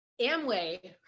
Amway